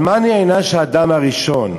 על מה נענש האדם הראשון?